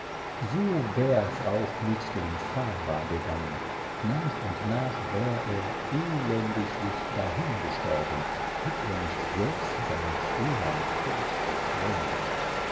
so wär's auch mit dem fava gegangen nach und nach wär er elendiglich dahingestorben hätt er nicht selbst seinen frühern tod beschleunigt